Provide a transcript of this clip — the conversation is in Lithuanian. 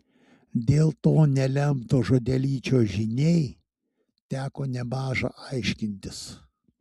dėl to nelemto žodelyčio žiniai teko nemaža aiškintis